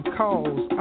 calls